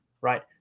right